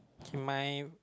okay my